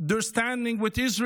their standing with Israel,